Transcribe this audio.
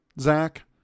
Zach